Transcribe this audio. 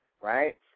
right